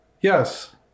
yes